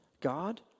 God